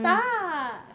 tak